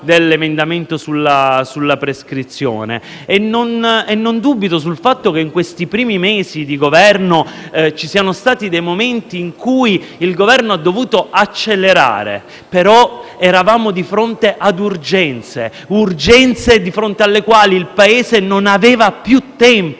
dell'emendamento sulla prescrizione. Non dubito del fatto che in questi primi mesi di Governo ci siano stati dei momenti in cui il Governo ha dovuto accelerare, ma eravamo di fronte ad urgenze: urgenze di fronte alle quali il Paese non aveva più tempo.